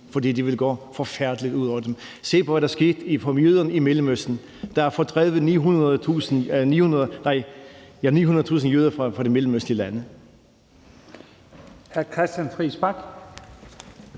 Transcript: for det ville gå forfærdelig meget ud over dem. Se på, hvad der skete for jøderne i Mellemøsten; der er fordrevet 900.000 jøder fra de mellemøstlige lande.